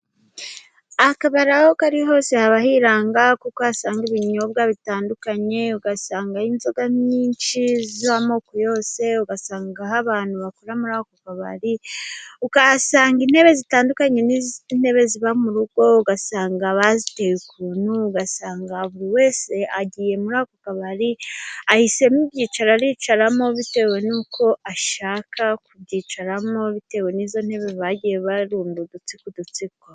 Akabari aho kari hose haba hiranga kuko uhasanga ibinyobwa bitandukanye ,ugasangayo inzoga nyinshi z'amoko yose, ugasanga aho abantu bakora muri ako kabari ,ukahasanga intebe zitandukanye n'intebe ziba mu rugo ugasanga baziteye ukuntu ugasanga buri wese agiye muri ako kabari ahisemo ibyicaro aricaramo bitewe n'uko ashaka kubyicaramo bitewe n'izo ntebe bagiye barunda udutsiko udutsiko.